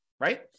right